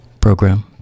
program